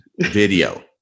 video